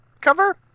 cover